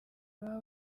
baba